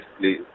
please